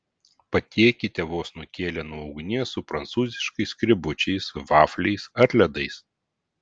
patiekite vos nukėlę nuo ugnies su prancūziškais skrebučiais vafliais ar ledais